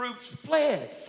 fled